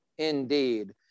Indeed